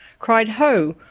cried ho!